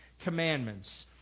commandments